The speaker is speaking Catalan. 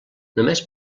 només